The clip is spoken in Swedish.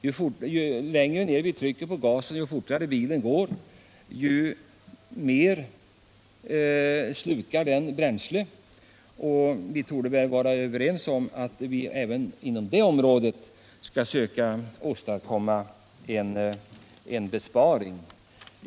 Ju fortare bilen går, desto mer bränsle slukar den. Vi torde vara överens om att vi skall försöka åstadkomma en besparing även på det området.